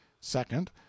Second